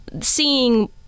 Seeing